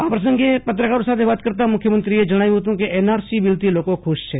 આ પ્રસંગે પત્રકારો સાથે વાત કરતા મુખ્યમંત્રીએ જણાવ્યું હતું કે એનઆરસી બિલથી લોકો ખુશ છે